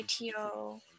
ITO